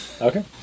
Okay